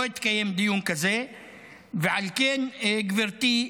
לא התקיים דיון כזה, ועל כן, גברתי,